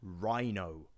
rhino